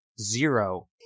Zero